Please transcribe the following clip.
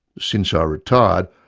since i retired,